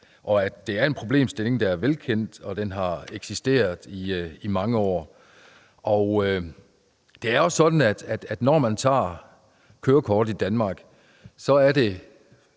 og at det er en problemstilling, der er velkendt og har eksisteret i mange år. Det er også sådan, at når man tager kørekort i Danmark, er det